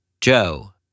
Joe